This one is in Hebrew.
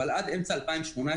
אבל עד אמצע 2018,